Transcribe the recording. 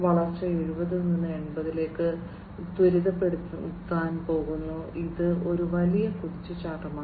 വളർച്ച 70 ൽ നിന്ന് 80 ലേക്ക് ത്വരിതപ്പെടുത്താൻ പോകുന്നു ഇത് ഒരു വലിയ കുതിച്ചുചാട്ടമാണ്